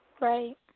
Right